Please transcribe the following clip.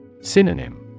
Synonym